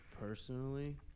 personally